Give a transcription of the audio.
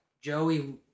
Joey